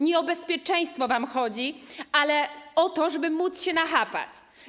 Nie o bezpieczeństwo wam chodzi, ale o to, żeby móc się nachapać.